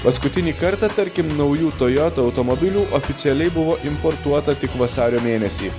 paskutinį kartą tarkim naujų toyota automobilių oficialiai buvo importuota tik vasario mėnesį